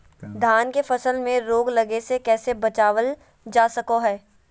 धान के फसल में रोग लगे से कैसे बचाबल जा सको हय?